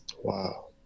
Wow